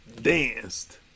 danced